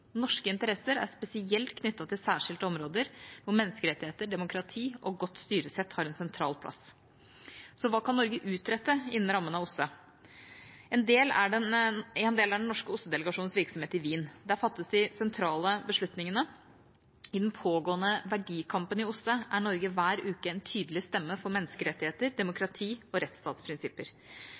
Norske interesser er spesielt knyttet til særskilte områder hvor menneskerettigheter, demokrati og godt styresett har en sentral plass. Så hva kan Norge utrette innen rammen av OSSE? Én del er den norske OSSE-delegasjonens virksomhet i Wien. Der fattes de sentrale beslutningene. I den pågående verdikampen i OSSE er Norge hver uke en tydelig stemme for menneskerettigheter, demokrati og rettsstatsprinsipper,